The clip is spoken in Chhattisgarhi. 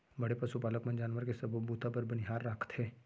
बड़े पसु पालक मन जानवर के सबो बूता बर बनिहार राखथें